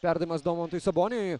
perdavimas domantui saboniui